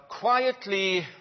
quietly